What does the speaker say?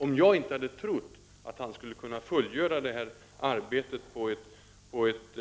Om vi inte hade trott att han skulle kunna fullgöra detta arbete på ett